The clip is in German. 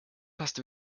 fast